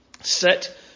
set